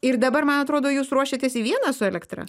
ir dabar man atrodo jūs ruošiatės į vieną su elektra